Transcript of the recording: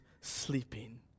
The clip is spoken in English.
sleeping